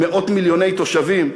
מאות מיליוני תושבים.